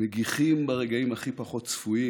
מגיחים ברגעים הכי פחות צפויים.